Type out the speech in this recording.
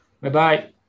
Bye-bye